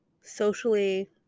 socially